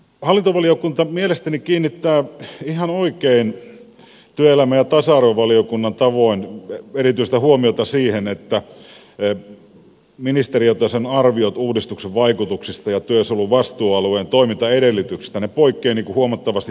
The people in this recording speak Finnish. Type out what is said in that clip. hallintovaliokunta mielestäni kiinnittää ihan oikein työelämä ja tasa arvovaliokunnan tavoin erityistä huomiota siihen että ministeriötason arviot uudistuksen vaikutuksista ja työsuojelun vastuualueen toimintaedellytyksistä poikkeavat huomattavasti toisistaan